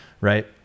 right